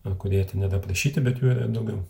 na kurie ten yra aprašyti bet yra daugiau